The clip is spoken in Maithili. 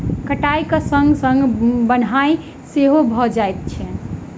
कटाइक संग संग बन्हाइ सेहो भ जाइत छै